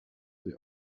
sie